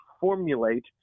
formulate